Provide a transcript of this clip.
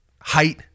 Height